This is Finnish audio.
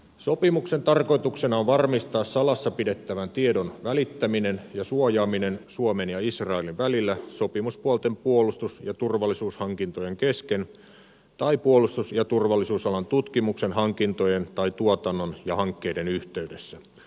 sopimuksen tarkoituksena on varmistaa salassa pidettävän tiedon välittäminen ja suojaaminen suomen ja israelin välillä sopimuspuolten puolustus ja turvallisuushankintojen kesken tai puolustus ja turvallisuusalan tutkimuksen hankintojen tai tuotannon ja hankkeiden yhteydessä